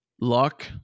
luck